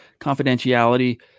confidentiality